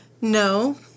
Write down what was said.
no